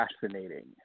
fascinating